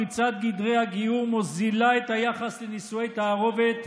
פריצת גדרי הגיור מוזילה את היחס לנישואי תערובת,